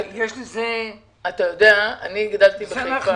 אני גדלתי בחיפה